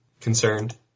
Concerned